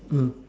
mm